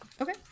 Okay